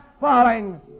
falling